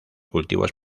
cultivos